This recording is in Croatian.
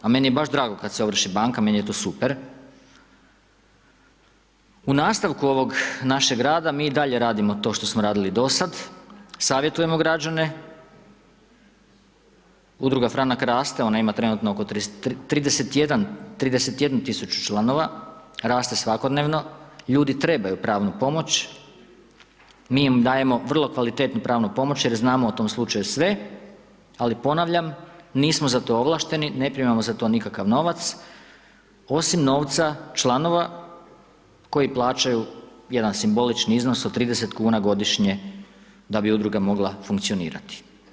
A meni je baš drago, kad se ovrši banka, meni je to super, u nastavku ovog našeg rada, mi i dalje radimo to što smo radili do sada, savjetujemo građane, Udruga Franka raste, ona ima trenutno oko 31 tisuću članova, raste svakodnevno, ljudi trebaju pravnu pomoć, mi im dajemo vrlo kvalitetnu pravnu pomoć, jer znamo o tom slučaju sve, ali ponavljam, nismo za to ovlašteni, ne primamo za to nikakav novac osim novca članova koji plaćaju jedan simbolični iznos od 30 kn godišnje, da bi udruga mogla funkcionirati.